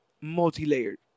multi-layered